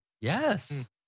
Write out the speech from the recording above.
Yes